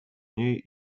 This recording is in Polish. niej